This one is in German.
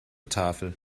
tafel